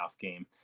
game